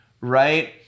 Right